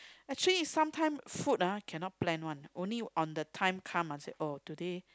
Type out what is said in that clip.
actually sometimes food ah cannot plan [one] only on the time come I say oh today